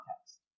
context